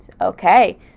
Okay